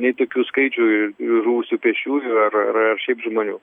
nei tokių skaičių rusių pėsčiųjų ar ar ar šiaip žmonių